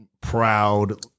proud